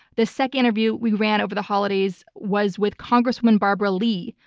the second interview we ran over the holidays was with congresswoman barbara lee,